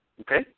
Okay